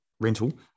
rental